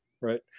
right